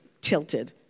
tilted